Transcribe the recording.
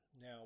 Now